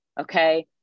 okay